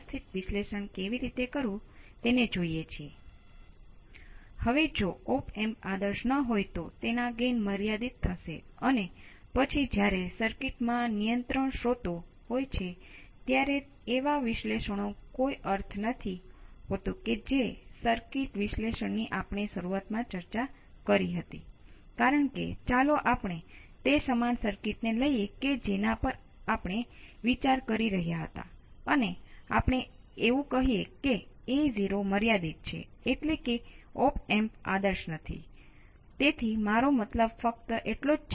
તેથી વિદ્યુત પ્રવાહ સાથે શું થાય છે કે અગાઉ આ સમયે તે વોલ્ટેજ ની દ્રષ્ટિએ હતા અને છેવટે તે હજી પણ બીજગણિત સમીકરણો જ છે